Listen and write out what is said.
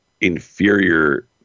inferior